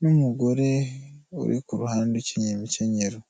n'umugore uri ku ruhande ukinyeye imikenyero.